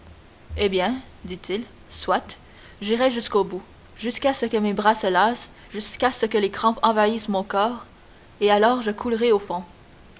eh bien dit-il soit j'irai jusqu'au bout jusqu'à ce que mes bras se lassent jusqu'à ce que les crampes envahissent mon corps et alors je coulerai à fond